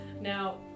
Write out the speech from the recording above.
Now